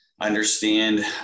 understand